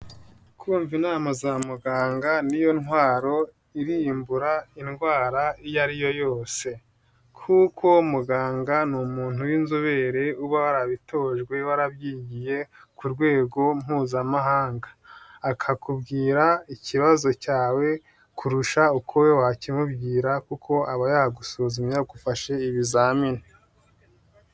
Kumva inama za muganga niyo ntwaro irimbura indwara iyo ariyo yose kuko muganga ni umuntu w'inzobere uba warabitojwe warabyigiye ku rwego mpuzamahanga akakubwira ikibazo cyawe kurusha uko wowe wakimubwira kuko aba yagusuzumye yagufashe ibizamini.